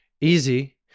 easy